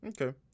Okay